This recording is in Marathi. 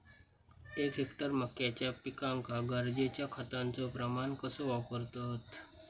एक हेक्टर मक्याच्या पिकांका गरजेच्या खतांचो प्रमाण कसो वापरतत?